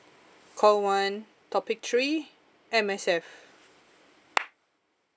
call one topic three M_S_F